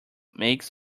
makes